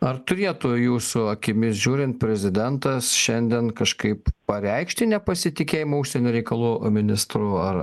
ar turėtų jūsų akimis žiūrint prezidentas šiandien kažkaip pareikšti nepasitikėjimą užsienio reikalų ministru ar